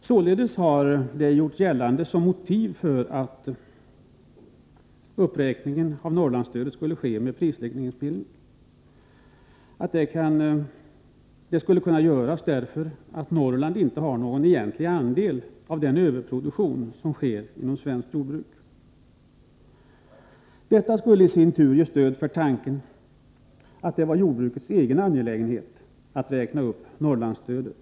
Således har det som motiv för att uppräkningen av Norrlandsstödet skulle ske med prisregleringsmedel gjorts gällande att Norrlandsjordbruket inte har någon egentlig andel iden överproduktion som äger rum i svenskt jordbruk. Detta skulle i sin tur ge stöd för tanken att det var jordbrukets egen angelägenhet att räkna upp Norrlandsstödet.